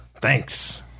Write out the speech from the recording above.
Thanks